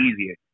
easier